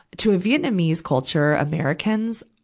to a vietnamese culture, americans,